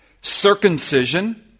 circumcision